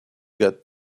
got